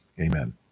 amen